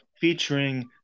featuring